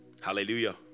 hallelujah